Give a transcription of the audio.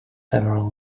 several